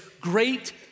great